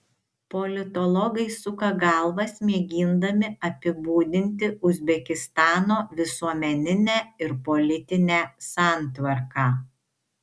politologai suka galvas mėgindami apibūdinti uzbekistano visuomeninę ir politinę santvarką